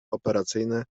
operacyjne